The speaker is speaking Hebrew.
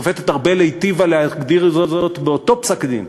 השופטת ארבל היטיבה להגדיר זאת באותו פסק-דין: